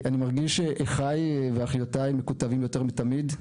אני מרגיש שאחיי ואחיותיי מקוטבים יותר מתמיד,